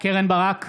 קרן ברק,